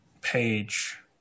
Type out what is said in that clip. page